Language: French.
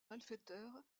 malfaiteurs